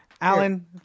Alan